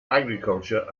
agriculture